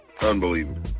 unbelievable